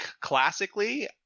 classically